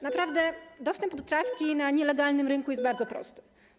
Naprawdę dostęp do trawki na nielegalnym rynku jest bardzo prosty.